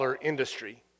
industry